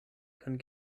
kann